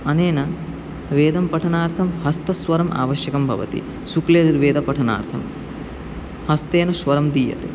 अनेन वेदं पठनार्थं हस्तस्वरम् आवश्यकं भवति शुक्लयजुर्वेदपठनार्थं हस्तेन स्वरं दीयते